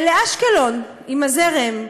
לאשקלון, עם הזרם.